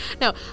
No